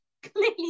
Clearly